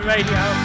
Radio